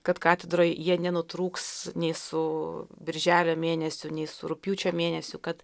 kad katedroj jie nenutrūks nei su birželio mėnesiu nei su rugpjūčio mėnesiu kad